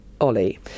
Ollie